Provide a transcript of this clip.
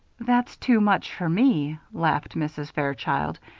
that's too much for me, laughed mrs. fairchild.